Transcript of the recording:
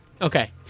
Okay